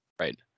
Right